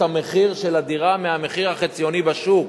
המחיר של הדירה מהמחיר החציוני בשוק.